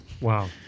Wow